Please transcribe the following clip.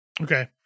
Okay